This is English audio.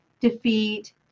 defeat